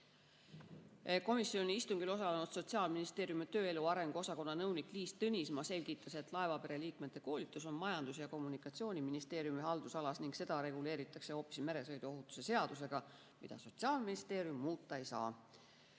Komisjoni istungil osalenud Sotsiaalministeeriumi tööelu arengu osakonna nõunik Liis Tõnismaa selgitas, et laevapere liikmete koolitus on Majandus- ja Kommunikatsiooniministeeriumi haldusalas ning seda reguleeritakse hoopis meresõiduohutuse seadusega, mida Sotsiaalministeerium muuta ei saa.